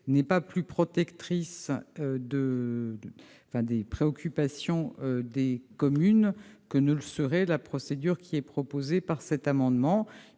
n'est pas plus protectrice des préoccupations des communes que ne le serait la procédure qui est proposée par cet amendement.